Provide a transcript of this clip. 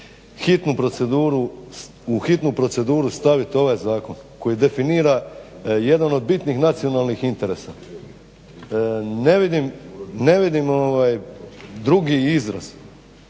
U hitnu proceduru staviti ovaj zakon koji definira jedan od bitnih nacionalnih interesa. Ne vidim drugi izraz